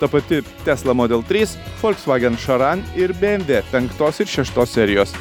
ta pati tesla model trys volkswagen šaran ir bmv penktos ir šeštos serijos